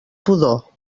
pudor